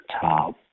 top